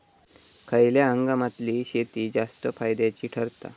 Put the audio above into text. खयल्या हंगामातली शेती जास्त फायद्याची ठरता?